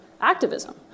activism